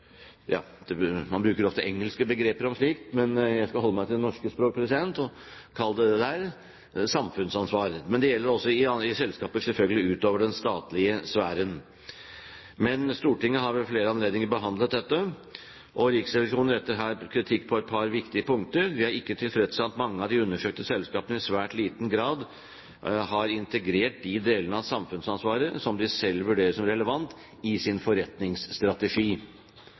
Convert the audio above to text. det for det det er, samfunnsansvar. Men det gjelder selvfølgelig også i selskaper utover den statlige sfæren. Men Stortinget har ved flere anledninger behandlet dette, og Riksrevisjonen retter her kritikk på et par viktige punkter. Vi er ikke tilfreds med at mange av de undersøkte selskapene i svært liten grad har integrert de delene av samfunnsansvaret som de selv vurderer som relevant i sin forretningsstrategi.